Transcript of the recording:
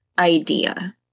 Idea